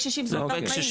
לגבי קשישים זה אותם תנאים,